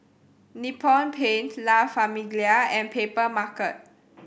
Nippon Paint La Famiglia and Papermarket